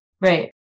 Right